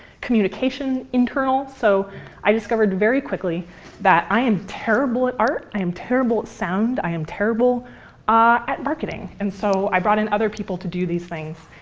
communication internal. so i discovered very quickly that i am terrible at art, i am terrible at sound, i am terrible ah at marketing. and so i brought in other people to do these things.